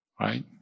right